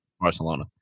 Barcelona